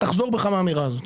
תחזור בך מהאמירה הזאת.